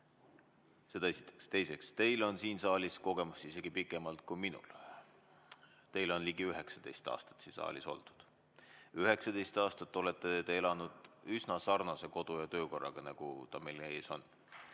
Seda esiteks. Teiseks, teil on siin saalis kogemust isegi pikemalt kui minul. Teil on ligi 19 aastat siin saalis oldud. 19 aastat olete te elanud üsna sarnase kodu- ja töökorraga, nagu ta praegu meie ees on.